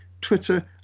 Twitter